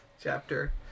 Chapter